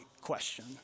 question